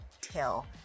tell